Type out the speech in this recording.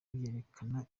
byerekana